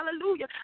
hallelujah